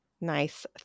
Nice